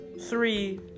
Three